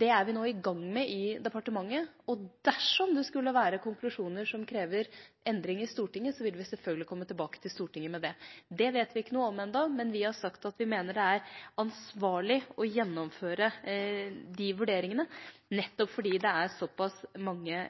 Det er vi nå i gang med i departementet, og dersom det skulle være konklusjoner som krever endring i Stortinget, vil vi selvfølgelig komme tilbake til Stortinget med det. Det vet vi ikke noe om ennå, men vi har sagt at vi mener det er ansvarlig å gjennomføre de vurderingene, nettopp fordi det er såpass mange